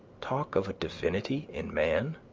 talk of a divinity in man!